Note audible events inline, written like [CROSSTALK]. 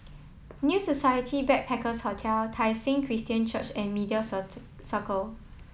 New Society Backpackers' Hotel Tai Seng Christian Church and Media [UNINTELLIGIBLE] Circle